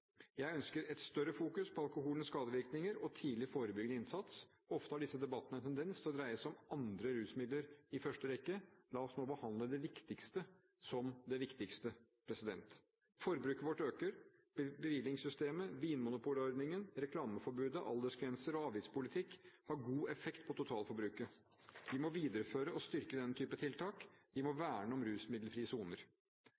Jeg ønsker et større fokus på alkoholens skadevirkninger og tidlig forebyggende innsats. Ofte har disse debattene en tendens til i første rekke å dreie seg om andre rusmidler. La oss nå behandle det viktigste som det viktigste. Forbruket vårt øker. Bevillingssystemet, vinmonopolordningen, reklameforbudet, aldersgrenser og avgiftspolitikk har god effekt på totalforbruket. Vi må videreføre og styrke denne type tiltak. Vi må